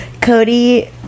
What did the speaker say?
Cody